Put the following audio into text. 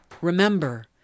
remember